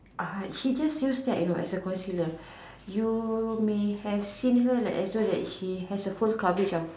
uh she just use that you know as a concealer you may have seen her like as though that she has a full coverage of